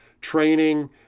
training